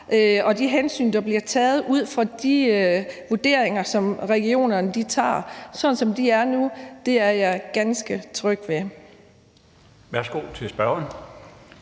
og de hensyn, der bliver taget ud fra de vurderinger, som regionerne foretager. Sådan som de er nu, er jeg ganske tryg.